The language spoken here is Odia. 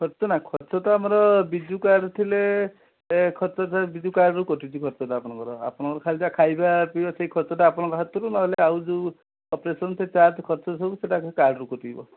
ଖର୍ଚ୍ଚ ନା ଖର୍ଚ୍ଚ ତ ଆମର ବିଜୁ କାର୍ଡ଼ ଥିଲେ ଖର୍ଚ୍ଚ ସେ ବିଜୁ କାର୍ଡ଼ରୁ କଟିଯିବ ଖର୍ଚ୍ଚଟା ଆପଣଙ୍କର ଆପଣଙ୍କର ଖାଲି ଯାହା ଖାଇବା ପିଇବା ସେହି ଖର୍ଚ୍ଚଟା ଆପଣଙ୍କ ହାତରୁ ନହେଲେ ଆଉ ଯେଉଁ ଅପେରସନ୍ ସେ ଚାର୍ଜ ଖର୍ଚ୍ଚ ସବୁ ସେଇଟା ସେ କାର୍ଡ଼ରୁ କଟିଯିବ